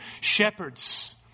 shepherds